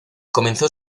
comenzó